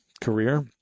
career